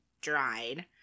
dried